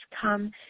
Come